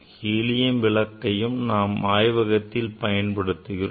helium விளக்கையும் நாம் ஆய்வகத்தில் பயன்படுத்துகிறோம்